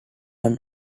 runs